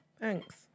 Thanks